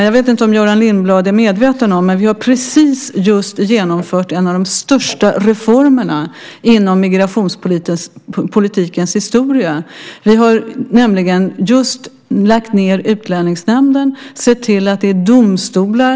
Jag vet inte om Göran Lindblad är medveten om det, men vi har precis genomfört en av de största reformerna inom migrationspolitikens historia. Vi har nämligen just lagt ned Utlänningsnämnden och sett till att det i stället är domstolar.